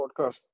podcast